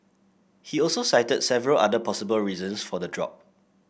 he also cited several other possible reasons for the drop